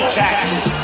taxes